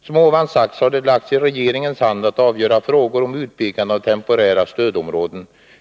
Som ovan sagts har det lagts i regeringens hand att avgöra frågor om utpekande av temporära stödkommuner.